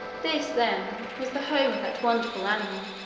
this, then, was the home of that wonderful animal